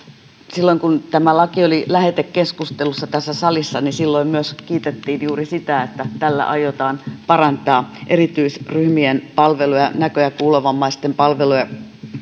silloin kun tämä laki oli lähetekeskustelussa tässä salissa myös kiitettiin juuri sitä että tällä aiotaan parantaa erityisryhmien palveluja näkö ja kuulovammaisten palveluja